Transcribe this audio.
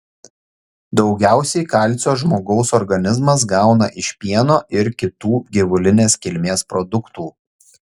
daugiausiai kalcio žmogaus organizmas gauna iš pieno ir kitų gyvulinės kilmės produktų